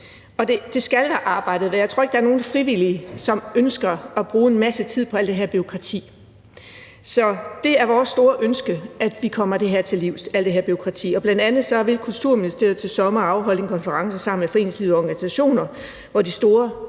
det skal være arbejdet værd. Jeg tror ikke, der er nogen frivillige, som ønsker at bruge en masse tid på alt her bureaukrati. Det er vores store ønske, at vi kommer alt det her bureaukrati til livs, og bl.a. vil Kulturministeriet til sommer afholde en konference sammen med foreningsliv og organisationer, hvor de store